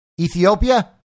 Ethiopia